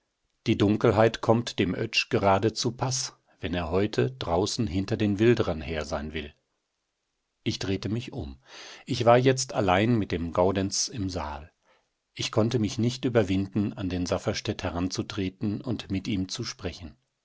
die dunkelheit kommt dem oetsch gerade zupaß wenn er heute draußen hinter den wilderern her sein will ich drehte mich um ich war jetzt allein mit dem gaudenz im saal ich konnte mich nicht überwinden an den safferstätt heranzutreten und mit ihm zu sprechen